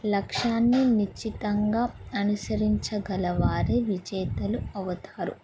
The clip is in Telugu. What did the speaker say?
లక్ష్యాన్ని నిశ్చితంగా అనుసరించగలవారే విజేతలు అవుతారు